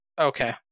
Okay